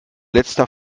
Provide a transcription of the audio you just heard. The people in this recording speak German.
letzter